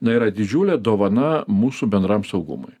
na yra didžiulė dovana mūsų bendram saugumui